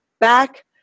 back